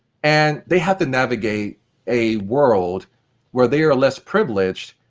and they had to navigate a world where they are less privileged,